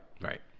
Right